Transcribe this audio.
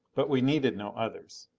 but we needed no others.